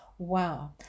Wow